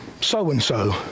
so-and-so